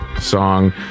song